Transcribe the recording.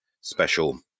special